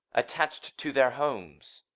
attached to their homes